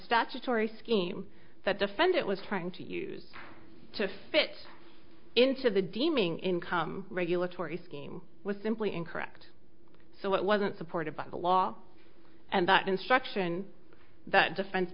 statutory scheme that defendant was trying to use to fit into the deeming income regulatory scheme was simply incorrect so it wasn't supported by the law and that instruction that defense